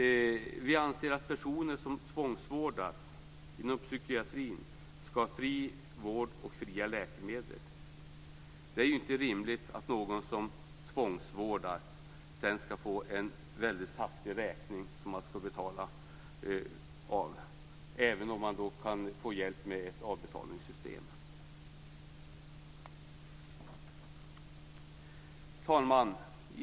Vi anser att personer som tvångsvårdas inom psykiatrin skall ha fri vård och fria läkemedel. Det är inte rimligt att någon som tvångsvårdats efteråt skall få en saftig räkning som man skall betala, även om man kan få hjälp med ett avbetalningssystem. Herr talman!